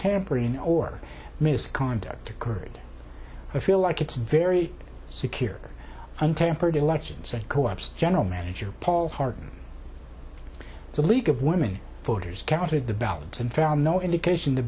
tampering or misconduct occurred i feel like it's very secure untampered elections and co ops general manager paul hartman the league of women voters counted the ballots and found no indication t